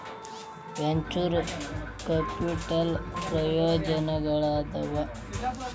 venture capital ಪ್ರಯೋಜನಗಳೇನಾದವ